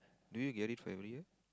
do you get it for every year